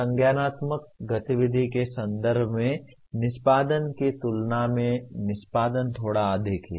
संज्ञानात्मक गतिविधि के संदर्भ में निष्पादन की तुलना में निष्पादन थोड़ा अधिक है